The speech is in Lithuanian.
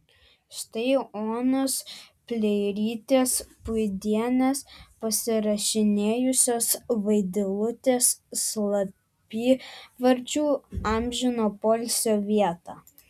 štai onos pleirytės puidienės pasirašinėjusios vaidilutės slapyvardžiu amžino poilsio vieta